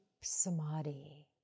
samadhi